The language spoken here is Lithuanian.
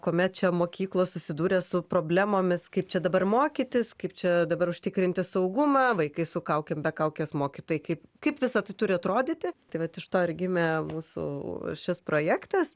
kuomet čia mokyklos susidūrė su problemomis kaip čia dabar mokytis kaip čia dabar užtikrinti saugumą vaikai su kaukėm be kaukės mokytojai kaip kaip visa tai turi atrodyti tai vat iš to ir gimė mūsų šis projektas